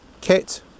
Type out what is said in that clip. kit